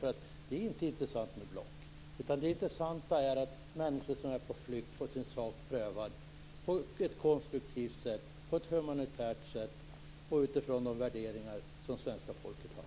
Det är inte intressant med block, men det är däremot angeläget att människor på flykt får sin sak prövad på ett konstruktivt och humanitärt sätt och utifrån de värderingar som svenska folket har.